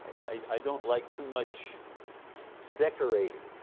i don't like too much decorating.